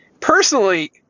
Personally